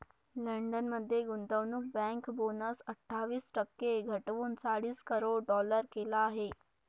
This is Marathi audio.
लंडन मध्ये गुंतवणूक बँक बोनस अठ्ठावीस टक्के घटवून चाळीस करोड डॉलर केला आहे